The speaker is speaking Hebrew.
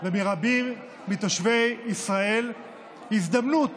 ומרבים מתושבי ישראל הזדמנות